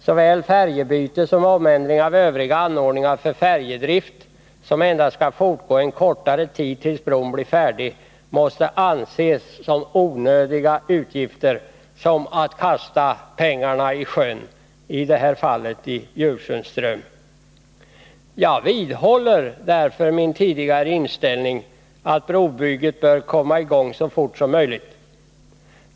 Såväl färjebyte som omändring av övriga anordningar för färjedrift, som endast skall fortgå en kortare tid tills bro blir färdig, måste anses som onödiga utgifter — som att kasta pengarna i sjön, i det här fallet i Jag vidhåller därför min tidigare inställning att brobygget bör komma i Tisdagen den gång så fort som möjligt.